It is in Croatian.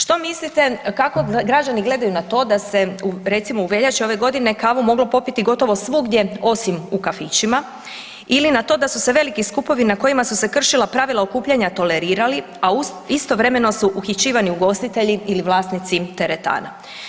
Što mislite kako građani gledaju na to da se u recimo u veljači ove godine, kavu moglo popiti gotovo svugdje osim u kafićima ili na to da su se veliki skupovi na kojima su se kršila pravila okupljanja tolerirali a istovremeno su uhićivani ugostitelji ili vlasnici teretana?